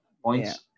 points